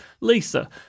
Lisa